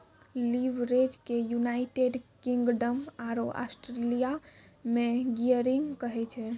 leverage के United Kingdom आरो Australia मे गियरिंग कहै छै